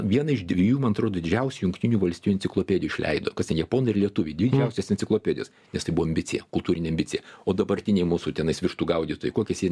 vieną iš dviejų man atorodo didžiausių jungtinių valstijų enciklopedijų išleido japonai ir lietuviai didžiausias enciklopedijas nes tai buvo ambicija kultūrinė ambicija o dabartiniai mūsų tenais vištų gaudytojai kokias jie